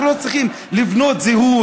אנחנו לא צריכים לבנות זהות,